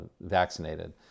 vaccinated